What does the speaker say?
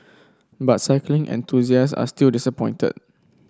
but cycling enthusiast are still disappointed